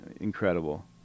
incredible